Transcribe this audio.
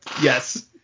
yes